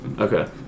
Okay